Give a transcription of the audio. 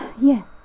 Yes